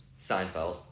Seinfeld